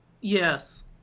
Yes